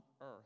earth